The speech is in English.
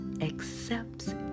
accepts